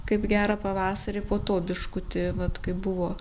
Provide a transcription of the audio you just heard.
kaip gerą pavasarį po to biškutį vat kai buvo